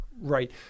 Right